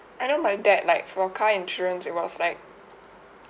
I know my dad like for a car insurance it was like